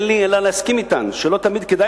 אין לי אלא להסכים אתן שלא תמיד כדאי